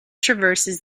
traverses